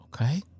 Okay